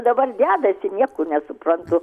dabar dedasi nieko nesuprantu